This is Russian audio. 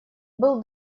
был